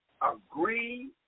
agree